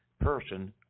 person